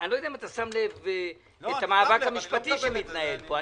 לא יודע אם אתה שם לב למאבק המשפטי שמתנהל פה.